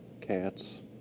cats